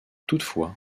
toutefois